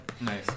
Nice